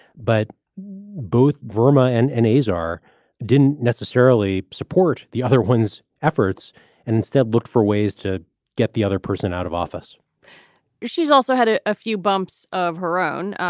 but both burma and and azar didn't necessarily support the other ones efforts and instead look for ways to get the other person out of office she's also had a ah few bumps of her own,